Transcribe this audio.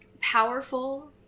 powerful